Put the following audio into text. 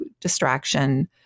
distraction